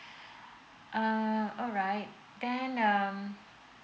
uh alright then um